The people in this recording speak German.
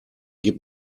gib